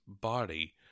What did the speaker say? Body